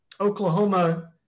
Oklahoma